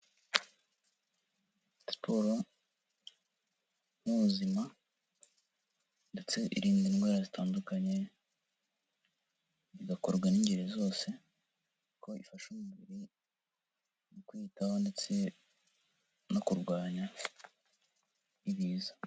Siporo ni ubuzima ndetse irinda indwara zitandukanye, bigakorwa n'ingeri zose kuko bifasha umubiri kwiyitaho ndetse no kurwanya ibiza.